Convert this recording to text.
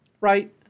Right